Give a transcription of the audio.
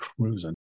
cruising